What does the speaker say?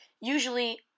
usually